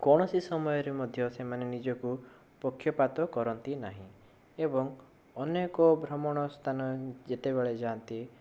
କୌଣସି ସମୟରେ ମଧ୍ୟ ସେମାନେ ନିଜକୁ ପକ୍ଷପାତ କରନ୍ତି ନାହିଁ ଏବଂ ଅନେକ ଭ୍ରମଣ ସ୍ଥାନ ଯେତେବେଳେ ଯାଆନ୍ତି